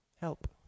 help